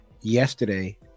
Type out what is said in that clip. yesterday